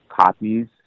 copies